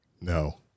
No